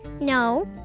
No